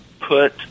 put